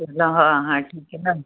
फिर तो हाँ हाँ ठीक है न